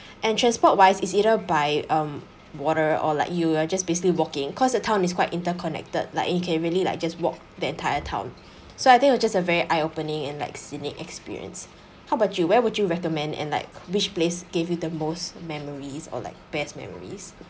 and transport wise is either by um water or like you you're just basically walking cause the town is quite interconnected like you can really like just walk the entire town so I think it was just a very eye opening and like experience how about you where would you recommend and like which place gave you the most memories or like best memories